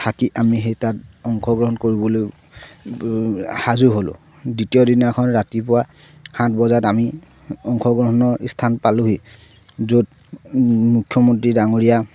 থাকি আমি সেই তাত অংশগ্ৰহণ কৰিবলৈ সাজু হ'লোঁ দ্বিতীয় দিনাখন ৰাতিপুৱা সাত বজাত আমি অংশগ্ৰহণৰ স্থান পালোঁহি য'ত মুখ্যমন্ত্ৰী ডাঙৰীয়া